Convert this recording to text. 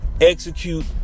execute